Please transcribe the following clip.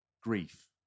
grief